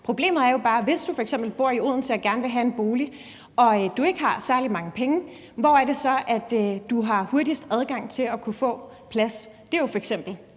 Problemet er jo bare, at hvis du f.eks. bor i Odense og gerne vil have en bolig og du ikke har særlig mange penge, hvor er det så, at du har hurtigst adgang til at kunne få plads? Det er jo f.eks.